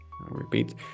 repeat